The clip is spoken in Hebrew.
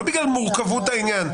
לא בגלל מורכבות העניין,